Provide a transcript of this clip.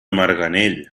marganell